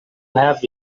have